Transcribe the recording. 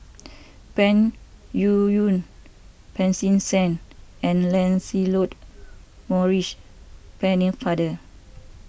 Peng Yuyun Pancy Seng and Lancelot Maurice Pennefather